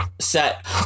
set